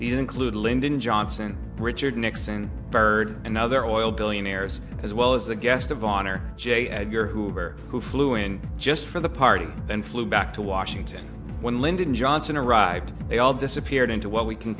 guests include lyndon johnson richard nixon bird and other oil billionaires as well as the guest of honor j edgar hoover who flew in just for the party and flew back to washington when lyndon johnson arrived they all disappeared into what we can